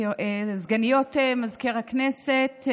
סגניות מזכיר הכנסת,